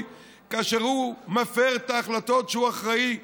כאשר הוא מפר את ההחלטות שהוא אחראי לבצע?